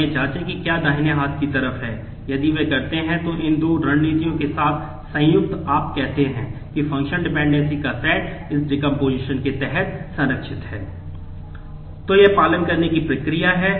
तो यह पालन करने की प्रक्रिया है